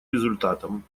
результатом